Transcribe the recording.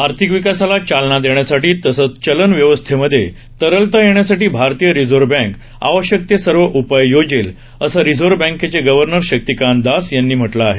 आर्थिक विकासाला चालना देण्यासाठी तसंच चलन व्यवस्थेमधे तरलता येण्यासाठी भारतीय रिझर्व बँक आवश्यक ते सर्व उपाय योजेल असं रिझर्व बँकेचे गव्हर्नर शक्तीकांत दास यांनी म्हटलं आहे